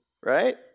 right